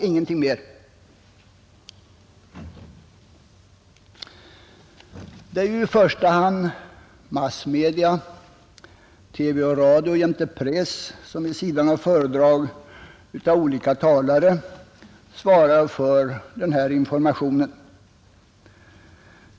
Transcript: Det är ju i första hand massmedia — TV och radio jämte press — som vid sidan av föredrag av olika talare svarar för den här informationen.